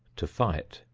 to fight,